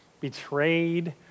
betrayed